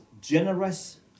generous